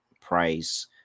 price